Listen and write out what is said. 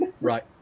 Right